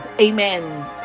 amen